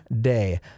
day